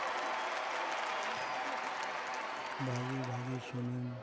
ᱵᱷᱟᱹᱜᱤ ᱵᱷᱟᱹᱜᱤ ᱥᱩᱱᱩᱢ